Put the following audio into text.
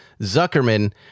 Zuckerman